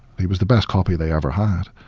he was the best copy they ever had.